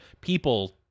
people